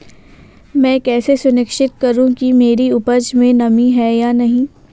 मैं कैसे सुनिश्चित करूँ कि मेरी उपज में नमी है या नहीं है?